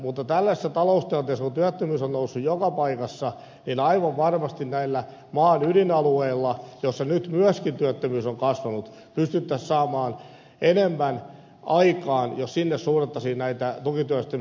mutta tällaisessa taloustilanteessa kun työttömyys on noussut joka paikassa niin aivan varmasti näillä maan ydinalueilla joilla nyt myöskin työttömyys on kasvanut pystyttäisiin saamaan enemmän aikaan jos sinne suunnattaisiin näitä tukityöllistämisen rahoja